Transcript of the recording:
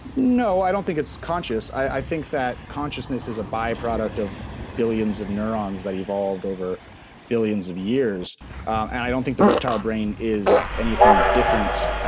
no, i don't think it's conscious. i think that consciousness is a byproduct of billions of neurons that evolved over billions of years and i don't think the reptile brain is anything different.